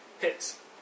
Hits